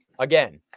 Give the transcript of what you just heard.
Again